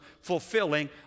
fulfilling